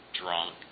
drunk